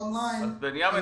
און-ליין -- אז בנימין,